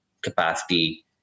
capacity